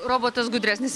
robotas gudresnis